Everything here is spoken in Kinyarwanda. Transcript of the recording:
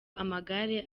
amagare